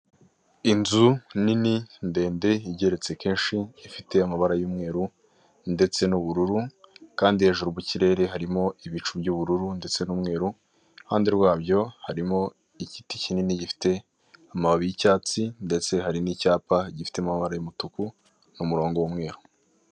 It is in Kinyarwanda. Inzu nini ndende igeretse keshi, ifite amabara y'umweru ndetse n'ubururu kandi hejuru mu kirere harimo ibicu bya ubururu ndetse n'umweru iruhande rwabyo harimo igiti cyinini gifite amamababi y'icyatsi, ndetse hari n'icyapa gifite amabara y'umutuku n'umurongo w'umweru.